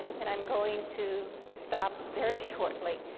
and i'm going to stop very shortly.